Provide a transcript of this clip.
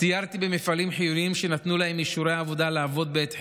סיירתי במפעלים חיוניים שנתנו להם אישורי עבודה לעבוד בעת חירום,